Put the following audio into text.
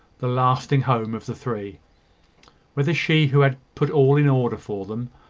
the lasting home of the three whether she who had put all in order for them,